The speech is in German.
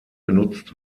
genutzt